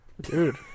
dude